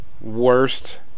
Worst